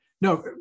No